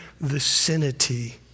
vicinity